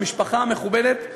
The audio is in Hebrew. למשפחה המכובדת,